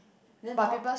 then how